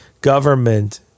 government